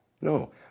No